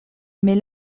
mais